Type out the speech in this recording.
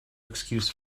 excuse